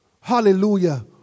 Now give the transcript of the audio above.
Hallelujah